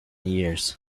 years